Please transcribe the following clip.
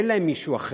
אין להם מישהו אחר.